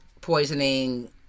poisoning